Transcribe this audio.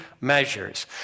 measures